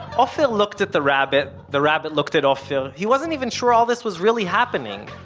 ofer looked at the rabbit, the rabbit looked at ofer. he wasn't even sure all this was really happening.